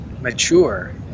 mature